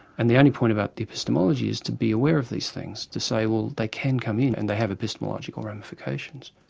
and the only point about epistemology is to be aware of these things, to say well they can come in and they have epistemological ramifications.